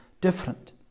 different